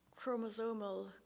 Chromosomal